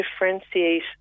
differentiate